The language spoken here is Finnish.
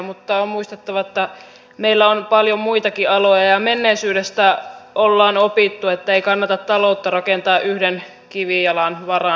mutta on muistettava että meillä on paljon muitakin aloja ja menneisyydestä ollaan opittu ettei kannata taloutta rakentaa yhden kivijalan varaan